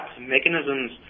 mechanisms